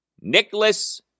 Nicholas